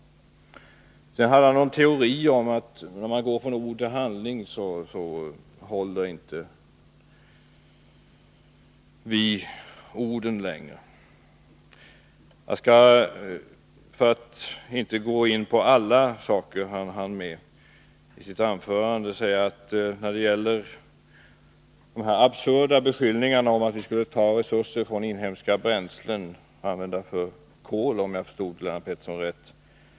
Lennart Pettersson hade också en teori om att när det gäller att gå från ord till handling, då håller vi inte ord längre. Jag skall inte gå in på allt det som Lennart Pettersson hann med att framföra i sitt anförande, och då inte heller de absurda beskyllningarna om att vi vill överföra resurser avsedda för inhemska bränslen till — om jag förstod Lennart Pettersson rätt — satsning på kol.